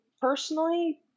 personally